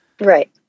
right